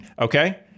Okay